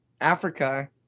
Africa